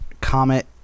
Comet